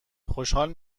خوشحال